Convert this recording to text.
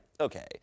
okay